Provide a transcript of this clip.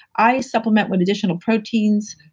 i supplement with additional proteins,